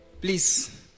Please